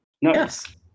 Yes